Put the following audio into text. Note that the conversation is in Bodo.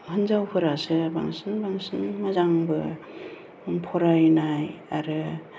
हिनजावफोरासो बांसिन बांसिन मोजांबो फरायनाय आरो